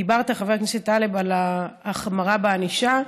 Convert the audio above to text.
דיברת, חבר הכנסת טלב, על ההחמרה בענישה.